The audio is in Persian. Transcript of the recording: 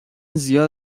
زیاد